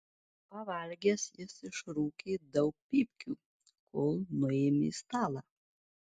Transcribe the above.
pavalgęs jis išrūkė daug pypkių kol nuėmė stalą